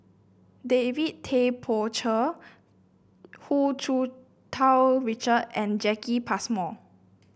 David Tay Poey Cher Hu Tsu Tau Richard and Jacki Passmore